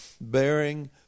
bearing